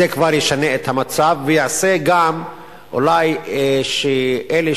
זה ישנה כבר את המצב ויעשה אולי שאלה